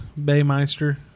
Baymeister